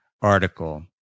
article